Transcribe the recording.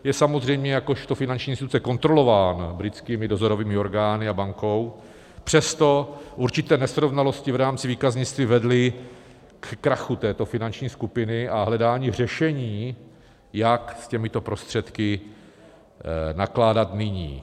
Je samozřejmě jakožto finanční instituce kontrolován britskými dozorovými orgány a bankou, přesto určité nesrovnalosti v rámci výkaznictví vedly ke krachu této finanční skupiny a hledání řešení, jak s těmito prostředky nakládat nyní.